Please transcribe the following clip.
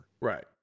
Right